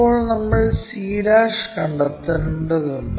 ഇപ്പോൾ നമ്മൾ c' കണ്ടെത്തേണ്ടതുണ്ട്